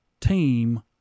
team